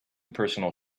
personal